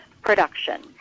production